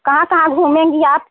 कहाँ कहाँ घूमेंगी आप